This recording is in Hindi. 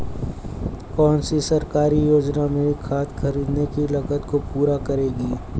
कौन सी सरकारी योजना मेरी खाद खरीदने की लागत को पूरा करेगी?